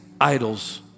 idols